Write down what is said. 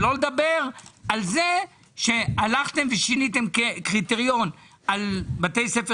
שלא לדבר על זה ששיניתם קריטריון על בתי ספר